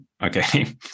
Okay